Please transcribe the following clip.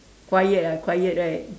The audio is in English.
quiet ah quiet right